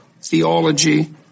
theology